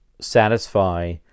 satisfy